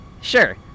Sure